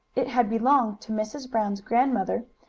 it had belonged to mrs. brown's grandmother,